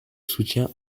soutien